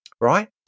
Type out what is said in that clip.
right